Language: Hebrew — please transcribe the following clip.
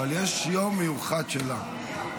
אבל יש יום מיוחד שלה.